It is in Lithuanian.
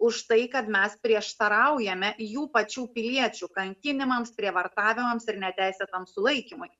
už tai kad mes prieštaraujame jų pačių piliečių kankinimams prievartavimams ir neteisėtam sulaikymui